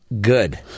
Good